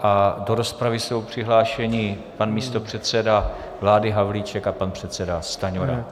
A do rozpravy jsou přihlášeni pan místopředseda vlády Havlíček a pan předseda Stanjura.